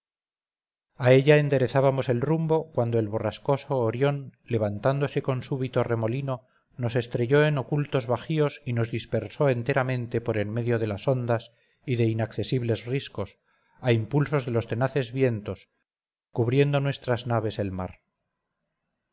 a ella enderezábamos el rumbo cuando el borrascoso orión levantándose con súbito remolino nos estrelló en ocultos bajíos y nos dispersó enteramente por en medio de las ondas y de inaccesibles riscos a impulso de los tenaces vientos cubriendo nuestras naves el mar